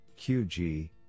qg